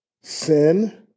Sin